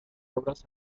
obras